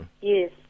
Yes